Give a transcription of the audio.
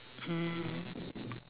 hmm